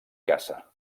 caça